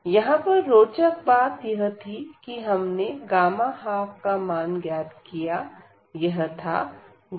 यहां पर रोचक बात यह थी कि हमने 12 का मान ज्ञात किया यह था 12